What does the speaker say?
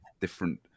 different